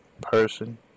person